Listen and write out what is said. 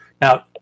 Now